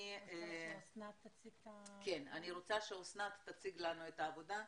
אני רוצה שאסנת תציג לנו את העבודה.